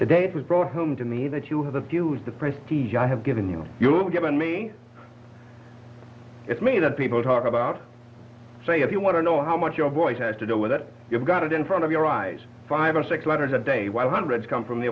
today it was brought home to me that you have the fuse the prestige i have given you you're given me it's me that people talk about say if you want to know how much your voice has to do with it you've got it in front of your eyes five or six letters a day while hundreds come from the